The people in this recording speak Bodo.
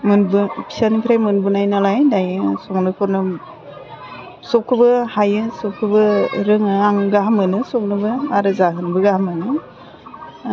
मोनबो फिसानिफ्राय मोनबोनाय नालाय दायो संनोखौनो सबखौबो हायो सबखौबो रोङो आं गाहाम मोनो संनोबो आरो जाहोनोबो गाहाम मोनो